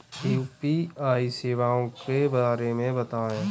UPI सेवाओं के बारे में बताएँ?